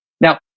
Now